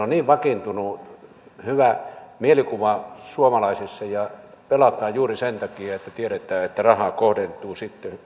on niin vakiintunut hyvä mielikuva suomalaisilla ja pelataan juuri sen takia että tiedetään että raha kohdentuu